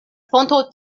fonto